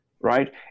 right